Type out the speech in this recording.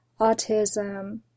autism